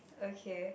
okay